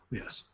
yes